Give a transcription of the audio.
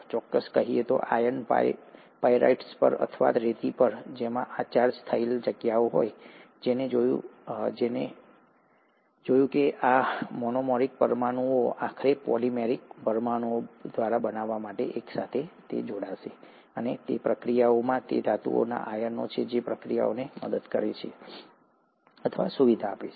ચોક્કસ કહીએ તો આયર્ન પાયરાઇટ પર અથવા રેતી પર જેમાં આ ચાર્જ થયેલ જગ્યાઓ હોય છે અને તેણે જોયું કે આ મોનોમેરિક પરમાણુઓ આખરે પોલિમેરિક પરમાણુઓ બનાવવા માટે એકસાથે જોડાશે અને પ્રક્રિયામાં તે ધાતુના આયનો છે જે પ્રક્રિયાને મદદ કરે છે અથવા સુવિધા આપે છે